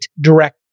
direct